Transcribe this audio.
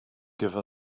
give